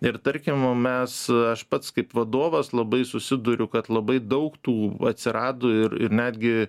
ir tarkim va mes aš pats kaip vadovas labai susiduriu kad labai daug tų atsirado ir ir netgi